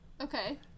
Okay